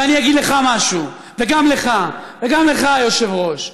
ואני אגיד לך משהו, וגם לך וגם לך, היושב-ראש.